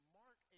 mark